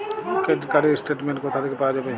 Credit card র statement কোথা থেকে পাওয়া যাবে?